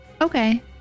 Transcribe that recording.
Okay